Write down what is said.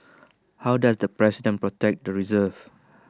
how does the president protect the reserve